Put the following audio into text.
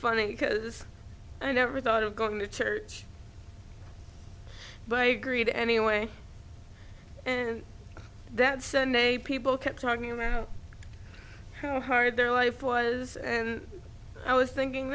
funny because i never thought of going to church but i agreed anyway and that's a neighbor people kept talking about how hard their life was and i was thinking